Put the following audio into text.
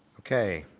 okay,